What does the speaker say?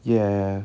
ya